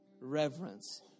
reverence